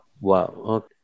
Wow